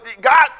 God